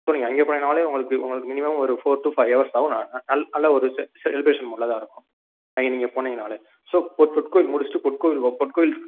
so நீங்கள் அங்கேயே போனீங்கன்னாலே உங்களுக்கு உங்களுக்கு மினிமம் ஒரு ஃபோர் டு ஃபைவ் ஹவர்ஸ் ஆகும் ந நல் நல்ல ஒரு செ செலிபிரேஷன் மூடில் தான் இருக்கும் அங்கே நீங்கள் போனீங்கன்னாலே ஸோ பொற் பொற்கோயில் முடிச்சுட்டு பொற்கோவில் ஒ பொற்கோவில்